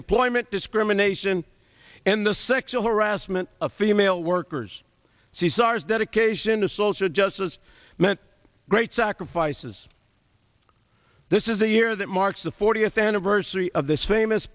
employment discrimination and the sexual harassment of female workers c s r s dedication to social justice meant great sacrifices this is the year that marks the fortieth anniversary of this famous